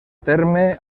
terme